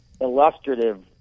illustrative